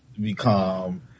become